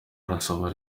arasaba